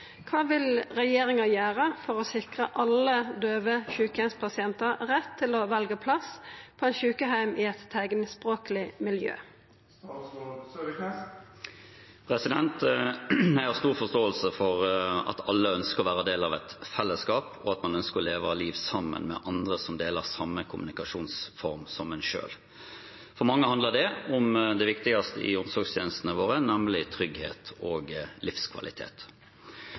Kva vil regjeringa gjere for å sikre alle døve sjukeheimspasientar rett til å velje plass på ein sjukeheim i eit teiknspråkleg miljø?» Jeg har stor forståelse for at alle ønsker å være del av et fellesskap, og at man ønsker å leve et liv sammen med andre som deler samme kommunikasjonsform som en selv. For mange handler det om det viktigste i omsorgstjenestene våre, nemlig trygghet og livskvalitet.